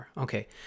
okay